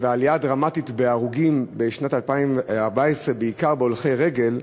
על עלייה דרמטית בהרוגים בשנת 2014 בעיקר בהולכי רגל,